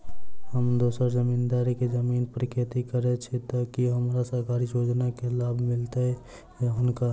हम दोसर जमींदार केँ जमीन पर खेती करै छी तऽ की हमरा सरकारी योजना केँ लाभ मीलतय या हुनका?